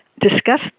discuss